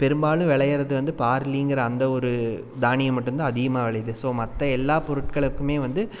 பெரும்பாலும் விளையிறது வந்து பார்லிங்கிற அந்த ஒரு தானியம் மட்டுந்தான் அதிகமாக விளையிது ஸோ மற்ற எல்லா பொருட்களுக்குமே வந்து